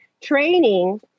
training